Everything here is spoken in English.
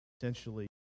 Essentially